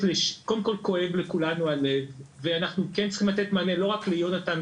קודם כל כואב לכולנו הלב ואנחנו כן צריכים לתת מענה לא רק ליונתן,